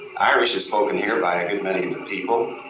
irish is spoken here by a good many people.